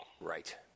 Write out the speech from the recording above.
Right